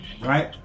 Right